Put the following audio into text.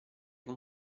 con